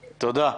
תודה.